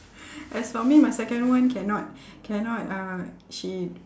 as for me my second one cannot cannot uh she